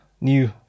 new